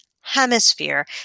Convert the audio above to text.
Hemisphere